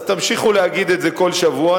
אז תמשיכו להגיד את זה כל שבוע.